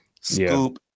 Scoop